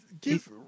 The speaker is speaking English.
give